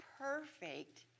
perfect